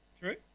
True